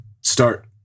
start